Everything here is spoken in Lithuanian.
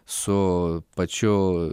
su pačiu